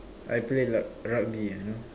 I play rug~ rugby you know